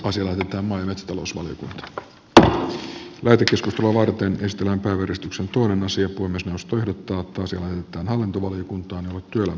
puhemiesneuvosto ehdottaa että asia lähetetään hallintovaliokuntaan jolle sosiaali ja terveysvaliokunnan ja työelämä ja tasa arvovaliokunnan on annettava lausunto